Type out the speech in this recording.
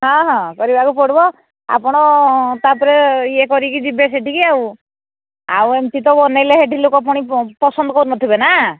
ହଁ ହଁ କରିବାକୁ ପଡ଼ିବ ଆପଣ ତାପରେ ଇଏ କରିକି ଯିବେ ସେଠିକି ଆଉ ଆଉ ଏମିତି ତ ବନେଇଲେ ସେଠି ଲୋକ ପୁଣି ପସନ୍ଦ କରୁନଥିବେ ନା